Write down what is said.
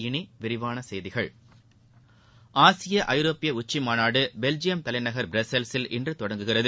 இனி விரிவான செய்திகள் ஆசிய ஐரோப்பிய உச்சிமாநாடு பெல்ஜியம் தலைநகர் பிரஸல்சில் இன்று தொடங்குகிறது